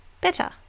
better